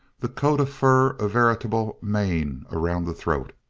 the coat of fur a veritable mane around the throat,